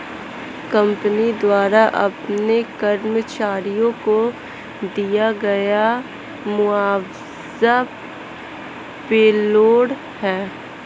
company द्वारा अपने कर्मचारियों को दिया गया मुआवजा पेरोल है